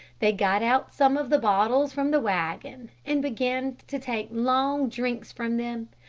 they got out some of the bottles from the wagon, and began to take long drinks from them.